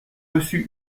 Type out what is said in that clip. reçu